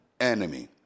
enemy